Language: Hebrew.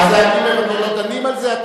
לא דנים על זה.